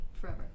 forever